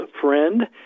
friend